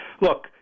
Look